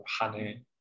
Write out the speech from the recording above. honey